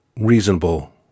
reasonable